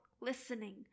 listening